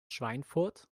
schweinfurt